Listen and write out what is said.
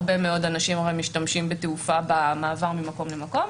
הרי הרבה מאוד אנשים משתמשים בתעופה במעבר ממקום למקום,